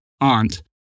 aunt